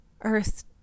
Earth